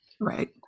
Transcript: Right